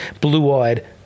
blue-eyed